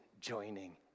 joining